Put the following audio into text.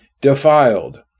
defiled